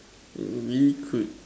you really could